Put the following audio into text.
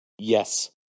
Yes